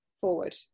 forward